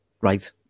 right